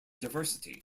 diversity